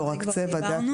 לא רק צבע.